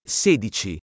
sedici